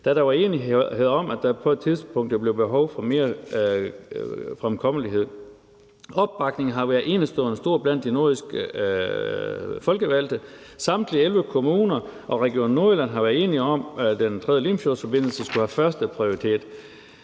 da der var enighed om, at der på et tidspunkt ville blive behov for mere fremkommelighed. Opbakningen har været enestående stor blandt de nordjyske folkevalgte: Samtlige 11 kommuner og Region Nordjylland har været enige om, at Den 3. Limfjordsforbindelse skulle have førsteprioritet.